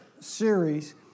series